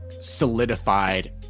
solidified